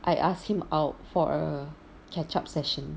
I asked him out for a catch up session